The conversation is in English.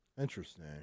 Interesting